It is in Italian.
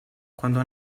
quando